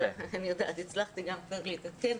אני יודעת, הצלחתי גם להתעדכן.